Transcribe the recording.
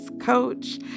coach